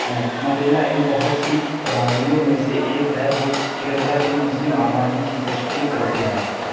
مپیلا ان بہت سی برادریوں میں سے ایک ہے جو کیرلہ کی مسلم آبادی کی تشکیل کرتے ہیں